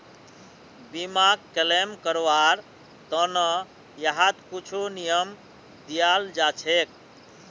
बीमाक क्लेम करवार त न यहात कुछु नियम दियाल जा छेक